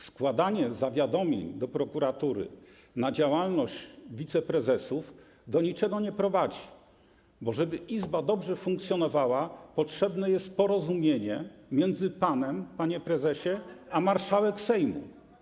Składanie zawiadomień do prokuratury na działalność wiceprezesów do niczego nie prowadzi, bo żeby Izba dobrze funkcjonowała, potrzebne jest porozumienie między panem, panie prezesie, a marszałek Sejmu.